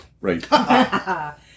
Right